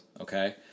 okay